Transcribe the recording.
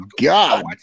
God